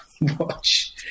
watch